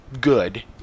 good